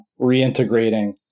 reintegrating